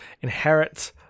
inherit